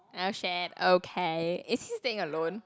oh shit okay is he staying alone